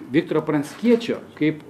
viktoro pranckiečio kaip